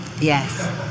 Yes